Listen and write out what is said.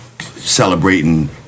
celebrating